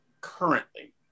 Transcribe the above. currently